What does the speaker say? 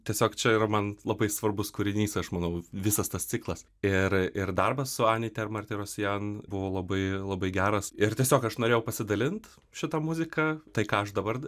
tiesiog čia yra man labai svarbus kūrinys aš manau visas tas ciklas ir ir darbas su aniter martirosian buvo labai labai geras ir tiesiog aš norėjau pasidalint šita muzika tai ką aš dabar